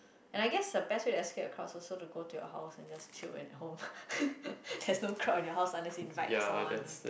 and I guess the best way to escape the crowd also to go your house and just chill at home there's no crowd in your house unless you invite someone ah